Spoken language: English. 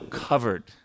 covered